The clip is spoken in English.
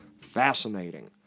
fascinating